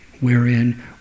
wherein